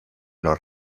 los